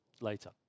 later